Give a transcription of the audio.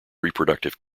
reproductive